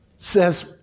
says